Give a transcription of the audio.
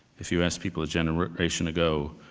if you asked people a generation ago,